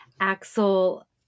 axel